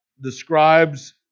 describes